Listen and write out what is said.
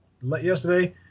yesterday